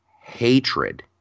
hatred